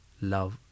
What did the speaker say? love